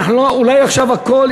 אולי עכשיו הכול,